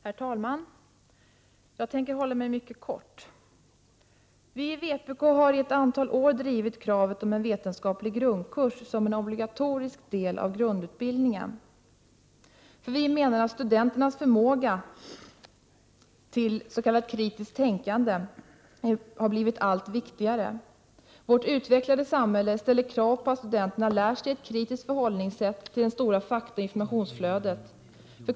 Herr talman! Jag tänker fatta mig mycket kort. Vi i vpk har under ett antal år drivit kravet om en vetenskaplig grundkurs som en obligatorisk del i grundutbildningen. Vi menar att studenternas förmåga till s.k. kritiskt tänkande nu blivit allt viktigare. Vårt utvecklade samhälle ställer krav på att studenterna lär sig ett kritiskt förhållningssätt till det stora faktaoch informationsflödet.